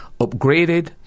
upgraded